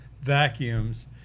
vacuums